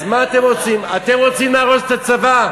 אז מה אתם רוצים, אתם רוצים להרוס את הצבא?